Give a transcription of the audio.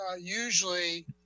usually